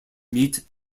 meet